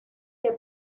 que